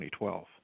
2012